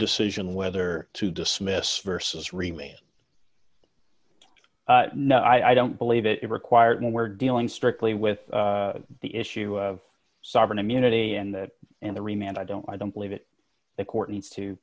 decision whether to dismiss versus remain no i don't believe it is required and we're dealing strictly with the issue of sovereign immunity and the and the remain and i don't i don't believe it the court needs to